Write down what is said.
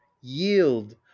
yield